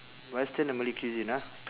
but it's still a malay cuisine ah